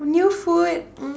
new food